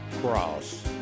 Cross